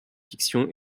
fiction